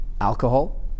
alcohol